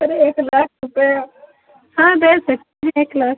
अरे एक लाख रुपये हाँ दे सकते हैं एक लाख